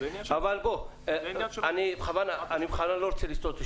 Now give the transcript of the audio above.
אבל בוא, אני בכוונה לא רוצה לסטות.